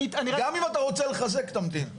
אני